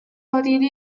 奥地利